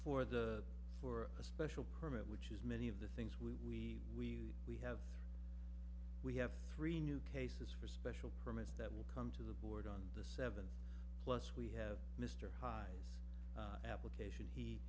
for the for a special permit which is many of the things we we we we have three we have three new cases for special permits that will come to the board on the seventh plus we have mr hise application he